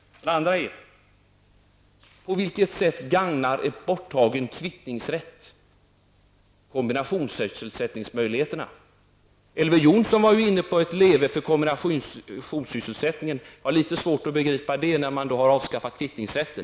Den andra frågan är: På vilket sätt gagnar en borttagen kvittningsrätt kombinationssysselsätt ningsmöjligheterna? Elver Jonsson hyllade kombinationssysselsättningen. Jag har litet svårt att begripa det när man har avskaffat kvittningsrätten.